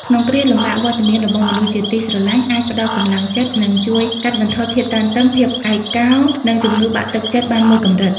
ក្នុងគ្រាលំបាក វត្តមានរបស់មនុស្សជាទីស្រឡាញ់អាចផ្តល់កម្លាំងចិត្ត និងជួយកាត់បន្ថយភាពតានតឹង ភាពឯកោ និងជំងឺបាក់ទឹកចិត្តបានមួយកម្រិត។